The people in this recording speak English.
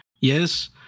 yes